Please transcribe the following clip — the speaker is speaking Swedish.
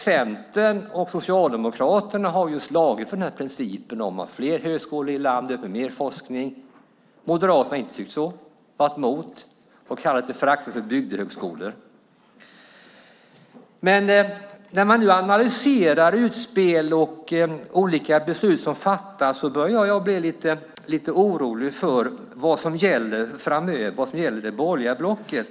Centern och Socialdemokraterna har slagits för principen om fler högskolor i landet och mer forskning. Moderaterna har inte tyckt så utan varit emot och föraktfullt kallat det bygdehögskolor. När man nu analyserar utspel och olika beslut som fattas börjar jag bli lite orolig för vad som gäller framöver för det borgerliga blocket.